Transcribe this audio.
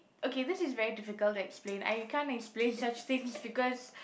okay this is very difficult to explain I can't explain such things because